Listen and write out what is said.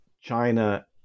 China